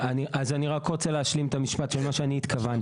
אז אני רק רוצה להשלים את המשפט של מה שאני התכוונתי.